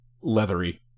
leathery